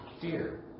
fear